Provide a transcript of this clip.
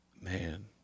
Man